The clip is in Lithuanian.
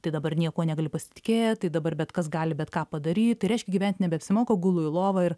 tai dabar niekuo negali pasitikėt tai dabar bet kas gali bet ką padaryt tai reiškia gyvent nebeapsimoka gulu į lovą ir